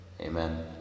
Amen